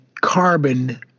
carbon